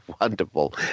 wonderful